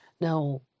Now